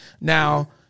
Now